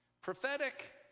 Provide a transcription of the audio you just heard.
prophetic